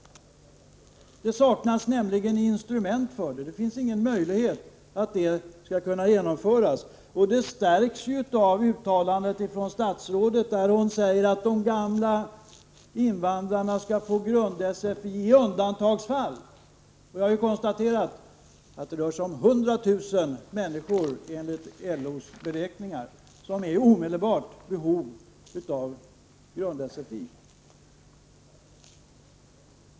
Det saknas nämligen instrument för det. Det finns ingen möjlighet att en undervisning skulle kunna genomföras för dem. Att det förhåller sig så stärks av statsrådets uttalande, att de gamla invandrarna skall få grund-SFI ”i undantagsfall”. Vi har ju konstaterat att det enligt LO:s beräkningar rör sig om 100 000 människor som är i omedelbart behov av grund-SFI.